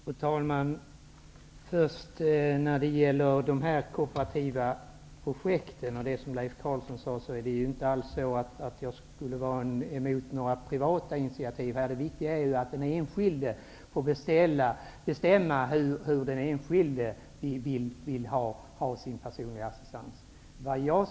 Fru talman! När det gäller det som Leif Carlson sade om de kooperativa projekten är jag inte alls emot några privata initiativ här. Det viktiga är att den enskilde får bestämma hur han vill ha sin personliga assistans.